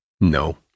No